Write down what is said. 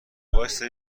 وایستا